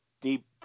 deep